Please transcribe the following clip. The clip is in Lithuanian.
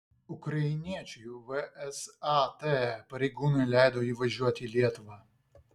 ukrainiečiui vsat pareigūnai leido įvažiuoti į lietuvą